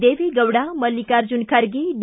Deve Gowda Mallikarjuna Kharge D